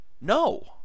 No